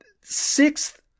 Sixth